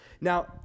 Now